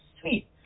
Sweet